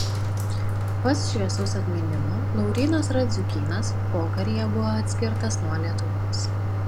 pats šviesaus atminimo laurynas radziukynas pokaryje buvo atskirtas nuo lietuvos